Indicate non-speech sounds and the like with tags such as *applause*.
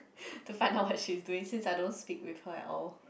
*laughs* to find out what she's doing since I don't speak with her at all